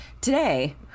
Today